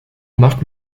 marque